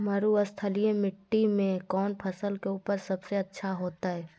मरुस्थलीय मिट्टी मैं कौन फसल के उपज सबसे अच्छा होतय?